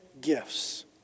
gifts